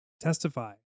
testify